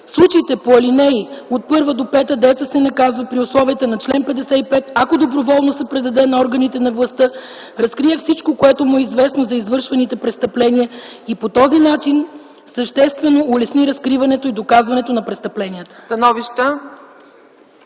случаите по ал. 1-5 деецът се наказва при условията на чл. 55, ако доброволно се предаде на органите на властта, разкрие всичко, което му е известно за извършените престъпления, и по този начин съществено улесни разкриването и доказването на престъпленията”.”